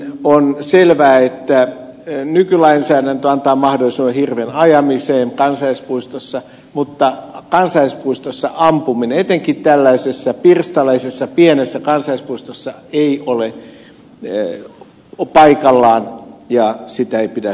on selvää että nykylainsäädäntö antaa mahdollisuuden hirven ajamiseen kansallispuistossa mutta kansallispuistossa ampuminen etenkin tällaisessa pirstaleisessa pienessä kansallispuistossa ei ole paikallaan ja sitä ei pidä hyväksyä